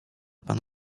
pan